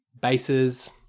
bases